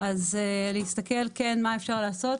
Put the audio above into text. אז להסתכל כן מה אפשר לעשות,